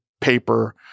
paper